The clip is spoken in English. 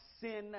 sin